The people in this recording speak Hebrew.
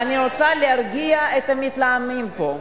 אני קוראת אותך לסדר פעם ראשונה.